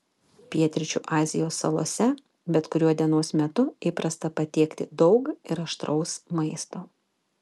pietryčių azijos salose bet kuriuo dienos metu įprasta patiekti daug ir aštraus maisto